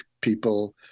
people